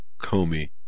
Comey